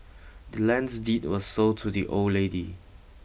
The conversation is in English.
the land's deed was sold to the old lady